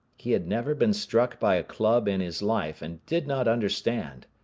he had never been struck by a club in his life, and did not understand.